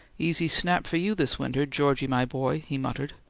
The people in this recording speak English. easy snap for you this winter, georgie, my boy! he muttered.